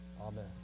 Amen